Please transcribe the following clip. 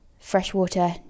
freshwater